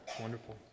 Wonderful